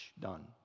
Done